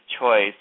choice